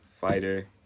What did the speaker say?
Fighter